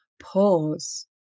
pause